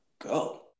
go